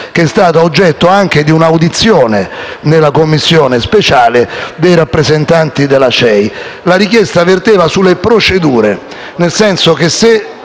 che è stata oggetto anche di un'audizione in Commissione speciale dei rappresentanti della CEI. La richiesta verteva sulle procedure nel senso che se